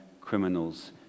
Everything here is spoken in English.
criminals